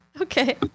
Okay